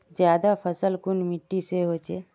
ज्यादा फसल कुन मिट्टी से बेचे?